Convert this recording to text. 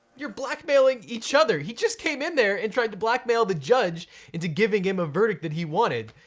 you're blackmailing each other. he just came in there and tried to blackmail the judge into giving him a verdict that he wanted,